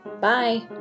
Bye